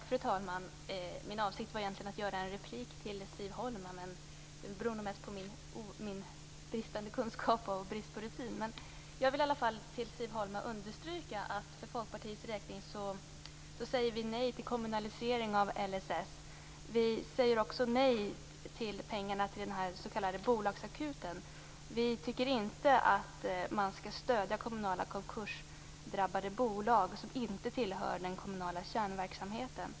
Fru talman! Min avsikt var egentligen att begära replik på Siv Holma. Det beror nog mest på min bristande kunskap och brist på rutin. Jag vill i alla fall understryka för Siv Holma att Folkpartiet säger nej till kommunalisering av LSS. Vi säger också nej till pengarna till den s.k. bolagsakuten. Vi tycker inte att man skall stödja kommunala konkursdrabbade bolag som inte tillhör den kommunala kärnverksamheten.